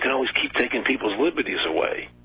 and always keep taking peoples liberties away.